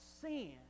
sin